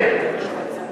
ויהיו כאלה שלא יהיו זכאיות.